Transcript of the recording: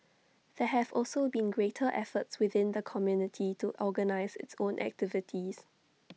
there have also been greater efforts within the community to organise its own activities